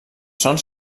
sons